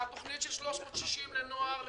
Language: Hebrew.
והתוכנית של 360 לנוער